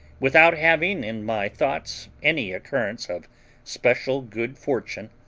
without having in my thoughts any occurrence of special good fortune,